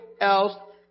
else